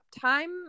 Time